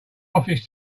office